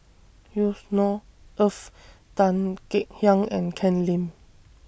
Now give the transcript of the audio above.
Yusnor Ef Tan Kek Hiang and Ken Lim